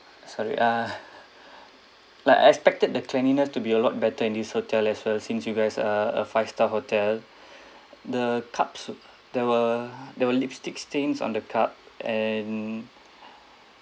sorry ah like I expected the cleanliness to be a lot better in this hotel as well since you guys are a five star hotel the cups there were there were lipstick stains on the cup and